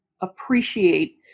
appreciate